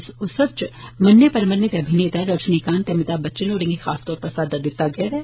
इस उत्सव च मन्ने परमन्ने दे अभिनेता रजनीकांत ते अभिताम बचन होरें गी खास तौर उप्पर साददा दित्ता गेआ ऐ